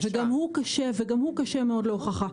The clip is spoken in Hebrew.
והוא קשה מאוד להוכחה.